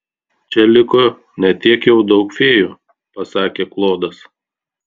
čia liko ne tiek jau daug fėjų pasakė klodas